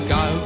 go